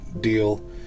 deal